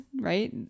right